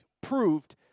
proved